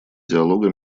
диалога